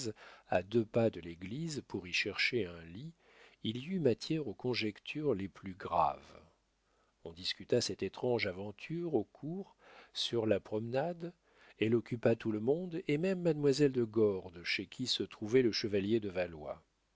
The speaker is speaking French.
à deux pas de l'église pour y chercher un lit il y eut matière aux conjectures les plus graves on discuta cette étrange aventure au cours sur la promenade elle occupa tout le monde et même mademoiselle de gordes chez qui se trouvait le chevalier de valois